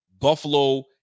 buffalo